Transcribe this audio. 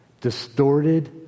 distorted